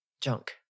junk